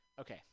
Okay